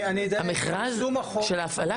המכרז של ההפעלה?